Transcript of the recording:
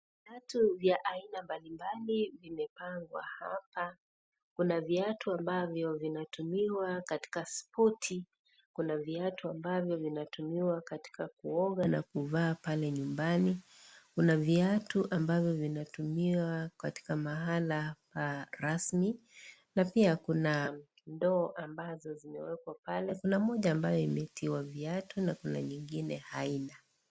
Viatu vya aina mbalimbali vimepagwa hapa . Kuna viatu ambavyo vinatumiwa katika spoti , kuna viatu ambavyo vinatumiwa katika kuoga na kuvaa pale nyumbani. Kuna viatu vinavyotumiwa katika pahali rasmi ,na pia kuna ndoo zilizowekwa mahala pale; kuna moja ambayo imetiwa viatu ,na kuna nyingine ambayo haina.